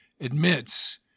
admits